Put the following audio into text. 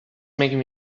making